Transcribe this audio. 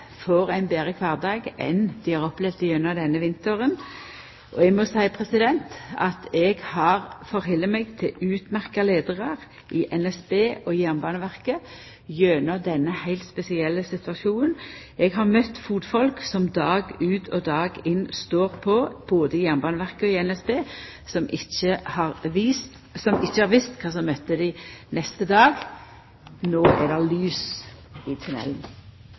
ein betre kvardag enn det dei har opplevd gjennom denne vinteren. Eg må seia at eg har halde meg til utmerkte leiarar i NSB og i Jernbaneverket gjennom denne heilt spesielle situasjonen. Eg har møtt fotfolk som dag ut og dag inn står på både i Jernbaneverket og i NSB, og som ikkje har visst kva som møtte dei neste dag. No er det lys i